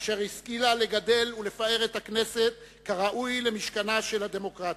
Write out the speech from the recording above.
אשר השכילה לגדל ולפאר את הכנסת כראוי למשכנה של הדמוקרטיה,